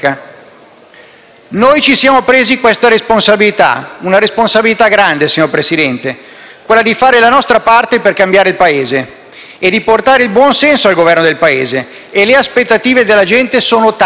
Noi ci siamo presi questa responsabilità, una responsabilità grande, signor Presidente, quella di fare la nostra parte per cambiare il Paese e riportare il buon senso al Governo del Paese. Le aspettative della gente sono tante,